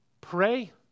pray